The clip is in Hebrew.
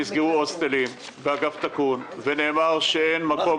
נסגרו הוסטלים באגף תקו"ן ונאמר שאין מקום